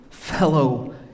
fellow